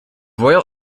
royal